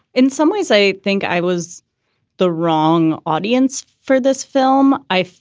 in some ways, i think i was the wrong audience for this film i.